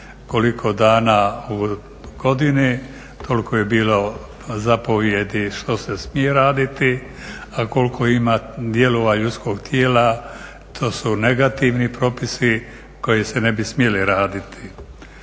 koliko dana u godini, toliko je bilo zapovijedi što se smije raditi a koliko ima dijelova ljudskog tijela to su negativni propisi koji se ne bi smjeli raditi.